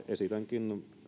esitänkin